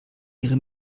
ihre